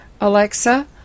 Alexa